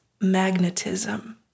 magnetism